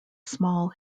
small